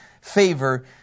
favor